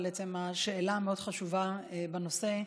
על עצם השאלה המאוד-חשובה בנושא.